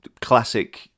classic